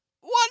One